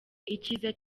icyiza